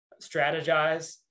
strategize